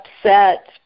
upset